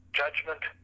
judgment